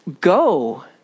Go